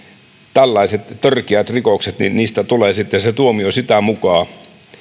tällaisista törkeistä rikoksista tulee sitten se tuomio sitä mukaa